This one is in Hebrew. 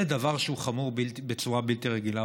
זה דבר שהוא חמור בצורה בלתי רגילה.